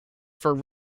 for